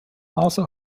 also